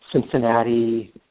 Cincinnati